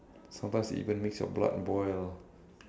sometimes it even makes your blood boil